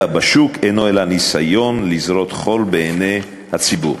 בשוק אינם אלא ניסיון לזרות חול בעיני הציבור.